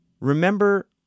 Remember